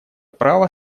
право